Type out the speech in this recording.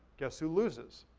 guess who loses?